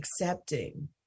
accepting